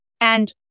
And-